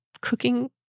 cooking